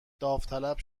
داوطلب